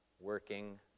working